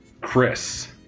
Chris